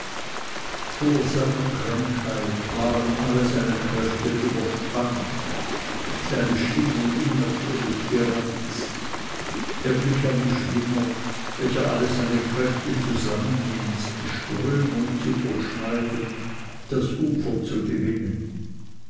vor seiner krankheit waren alle seine kräfte überspannt seine stimmung unnatürlich gereizt er glich einem schwimmer welcher alle seine kräfte zusammennimmt die strömung zu durchschneiden das ufer zu gewinnen